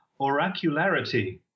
oracularity